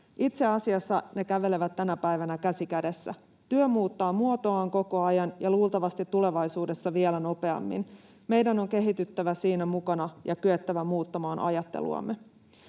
Itse asiassa ne kävelevät tänä päivänä käsi kädessä. Työ muuttaa muotoaan koko ajan ja luultavasti tulevaisuudessa vielä nopeammin. Meidän on kehityttävä siinä mukana ja kyettävä muuttamaan ajatteluamme.